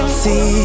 see